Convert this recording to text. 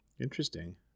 interesting